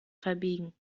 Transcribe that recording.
verbiegen